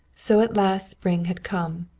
so at last spring had come,